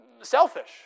selfish